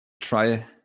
try